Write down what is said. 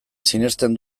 sinesten